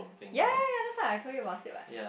ya ya ya that's what I told you about it what